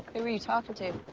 and were you talking to?